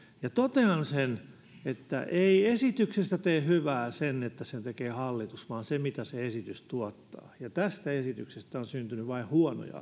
ja totean että ei esityksestä tee hyvää se että sen tekee hallitus vaan se mitä se esitys tuottaa ja tästä esityksestä on syntynyt vain huonoja